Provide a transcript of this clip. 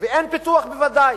ואין פיתוח, בוודאי.